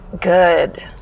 good